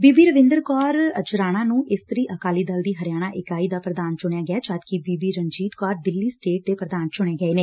ਬੀਬੀ ਰਵਿੰਦਰ ਕੌਰ ਅਜਰਾਣਾ ਨੂੰ ਇਸਤਰੀ ਅਕਾਲੀ ਦਲ ਦੀ ਹਰਿਆਣਾ ਇਕਾਈ ਦਾ ਪ੍ਰਧਾਨ ਚੁਣਿਆ ਗਿਐ ਜਦਕਿ ਬੀਬੀ ਰਣਜੀਤ ਕੌਰ ਦਿੱਲੀ ਸਟੇਟ ਦੇ ਪੁਧਾਨ ਚੁਣੇ ਗਏ ਨੇ